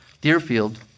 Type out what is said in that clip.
Deerfield